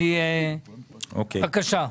בבקשה,